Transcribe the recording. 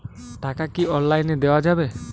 টাকা কি অনলাইনে দেওয়া যাবে?